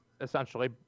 essentially